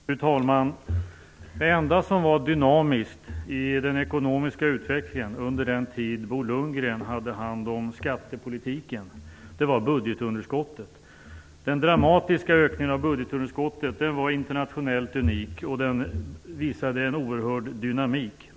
Fru talman! Det enda som var dynamiskt i den ekonomiska utvecklingen under den tid Bo Lundgren hade hand om skattepolitiken var budgetunderskottet. Den dramatiska ökningen av budgetunderskottet var internationellt unik. Den visade en oerhört dynamik.